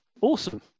Awesome